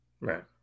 Right